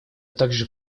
также